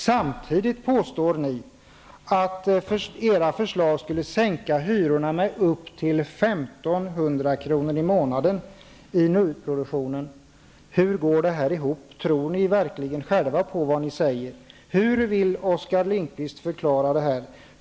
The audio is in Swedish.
Samtidigt påstår ni att era förslag skulle sänka hyrorna med upp till 1 500 kr. i månaden i nyproduktionen. Hur går det här ihop? Tror ni verkligen själva på vad ni säger? Hur vill Oskar Lindkvist det här?